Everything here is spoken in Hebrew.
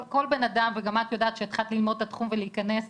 כל בנאדם וגם את יודעת כשהתחלת ללמוד את התחום ולהיכנס פנימה,